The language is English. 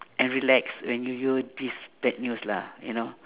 and relax when you know this bad news lah you know